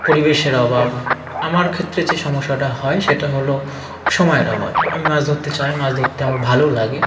পরিবেশের অভাব আমার ক্ষেত্রে যে সমস্যাটা হয় সেটা হলো সময়ের অভাব আমি মাছ ধরতে চাই মাছ ধরতে আমার ভালোও লাগে